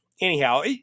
anyhow